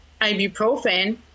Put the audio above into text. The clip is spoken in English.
ibuprofen